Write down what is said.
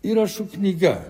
įrašų knyga